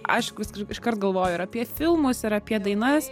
aišku iškart galvoju ir apie filmus ir apie dainas